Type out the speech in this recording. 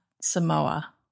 Samoa